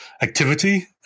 activity